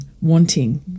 wanting